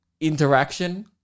interaction